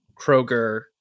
Kroger